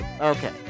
Okay